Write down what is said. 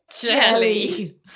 Jelly